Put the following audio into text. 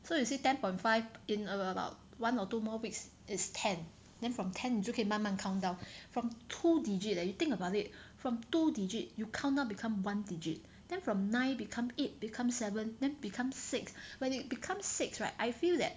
so you say ten point five in about one or two more weeks is ten then from ten 你就可以慢慢 count down from two digit leh you think about it from two digit you count down become one digit then from nine become eight become seven then become six when you become six right I feel that